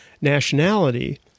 nationality